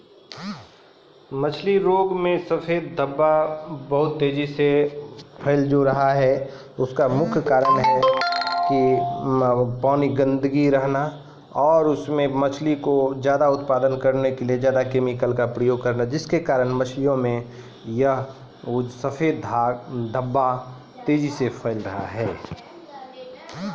मछली रोग मे सफेद धब्बा भी बहुत तेजी से फैली जाय छै